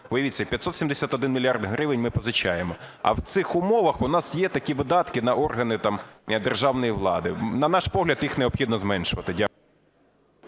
Уявіть собі, 571 мільярд гривень ми позичаємо. А в цих умовах в нас є такі видатки на органи державної влади. На наш погляд, їх необхідно зменшувати.